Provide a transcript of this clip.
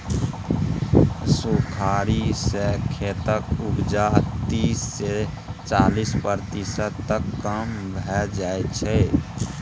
सुखाड़ि सँ खेतक उपजा तीस सँ चालीस प्रतिशत तक कम भए जाइ छै